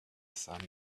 sun